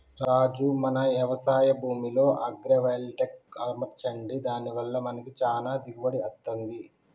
రాజు మన యవశాయ భూమిలో అగ్రైవల్టెక్ అమర్చండి దాని వల్ల మనకి చానా దిగుబడి అత్తంది